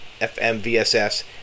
FMVSS